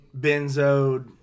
benzoed